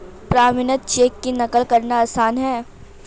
प्रमाणित चेक की नक़ल करना आसान है